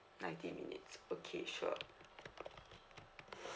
ninety minutes okay sure